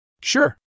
Sure